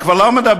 אני כבר לא מדבר.